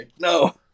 no